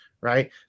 right